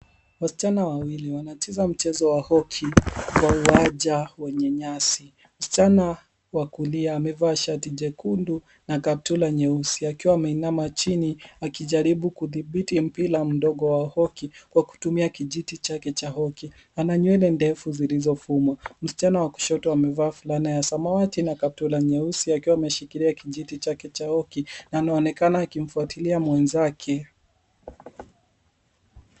Wasichana wawili wanacheza mchezo wa hoki kwa uwanja wenye nyasi. Msichana wa kulia amevaa shati jekundu na kaptura nyeusi akiwa ameinama chini akijaribu kudhibiti mpira mdogo wa hoki kwa kutumia kijiti chake cha hoki. Ana nywele ndefu zilizofumwa. Msichana wa kushoto amevaa fulana ya samawati na kaptura nyeusi akiwa ameshikilia kijiti chake cha hoki na anaonekana akimfuatilia mwenzake.